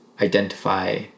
identify